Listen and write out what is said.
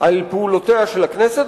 על פעולותיה של הכנסת,